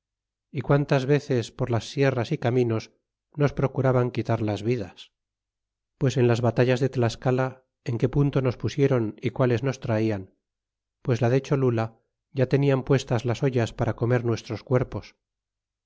y quantas veces por las sierras y caminos nos procuraban quitar las vidas pues en las batallas de tlascala en que punto nos pusiéron y qules nos traian pues la de cholula ya tenían puestas las ollas para comer nuestros cuerpos